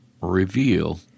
reveal